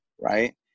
Right